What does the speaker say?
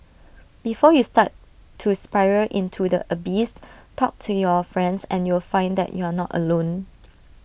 before you start to spiral into the abyss talk to your friends and you'll find that you are not alone